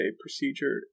procedure